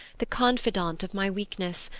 the confidant of my weakness,